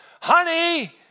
Honey